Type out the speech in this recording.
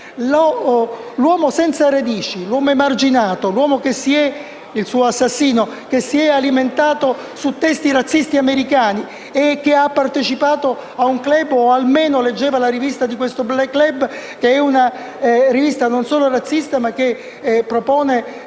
L'uomo senza radici, l'uomo emarginato, il suo assassino, l'uomo che si è alimentato su testi razzisti americani e che ha partecipato ad un *club*, o almeno leggeva la rivista di questo Springbok Club, che è una rivista non solo razzista, ma che propone